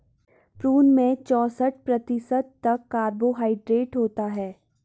prune में चौसठ प्रतिशत तक कार्बोहायड्रेट होता है